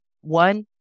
One